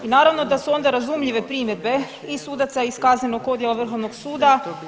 I naravno da su onda razumljive primjedbe i sudaca iz kaznenog odjela Vrhovnog suda.